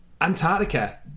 Antarctica